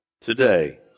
today